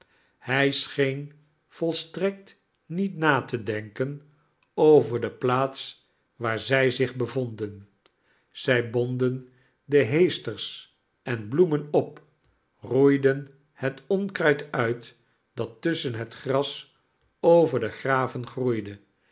hij scheen volstrekt niet na te denken over de plaats waar zij zich bevonden zij bonden de heesters en bloemen op roeiden het onkruid uit dat tusschen het gras over de graven groeide